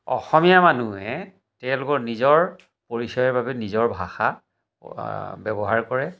অসমীয়া মানুহে তেওঁলোকৰ নিজৰ পৰিচয়ৰ বাবে নিজৰ ভাষা ব্যৱহাৰ কৰে